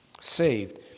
Saved